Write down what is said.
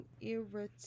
irritate